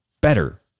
better